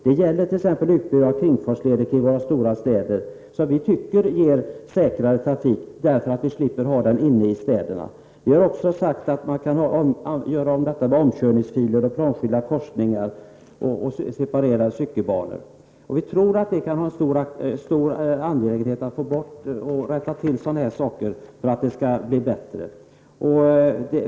Det gäller t.ex. kringfartslederna runt våra stora städer, som vi menar ger en säkrare trafik eftersom vi då slipper ha trafiken inne i städerna. Vi har också sagt att man kan göra om systemet med omkörningsfiler och planskilda korsningar samt separera cykelbanor. Vi tror att det kan vara angeläget att rätta till sådant för att situationen skall bli bättre.